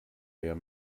der